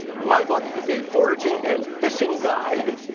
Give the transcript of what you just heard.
my book is a foraging and fishing guide.